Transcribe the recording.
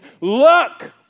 look